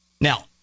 Now